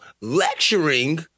lecturing